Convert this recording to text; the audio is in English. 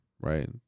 right